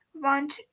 want